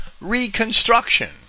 reconstruction